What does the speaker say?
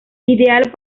ideal